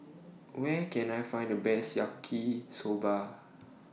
Where Can I Find The Best Yaki Soba